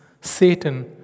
Satan